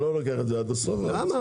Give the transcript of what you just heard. --- לא לוקח את זה הסוף --- למה?